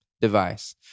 device